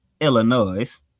Illinois